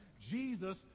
jesus